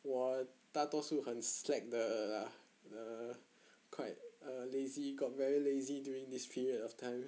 我大多数很 slack 的 lah the quite err lazy got very lazy during this period of time